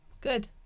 Good